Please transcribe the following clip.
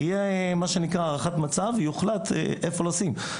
תהיה הערכת מצב, ויוחלט איפה לשים.